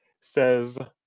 says